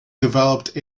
developed